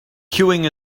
queuing